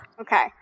Okay